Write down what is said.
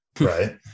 Right